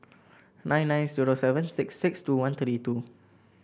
nine nine zero seven six six two one three two